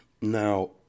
Now